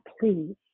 please